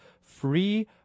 Free